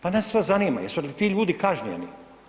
Pa nas sve zanima, jesu li ti ljudi kažnjeni?